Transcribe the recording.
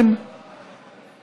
אנחנו